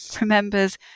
remembers